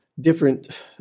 different